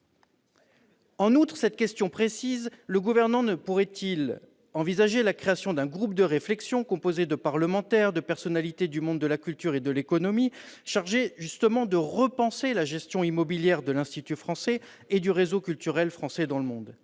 an ? Plus largement, le Gouvernement ne pourrait-il pas envisager la création d'un groupe de réflexion composé de parlementaires, de personnalités du monde de la culture et de l'économie, qui serait chargé de repenser la gestion immobilière de l'Institut français et du réseau culturel français dans le monde ?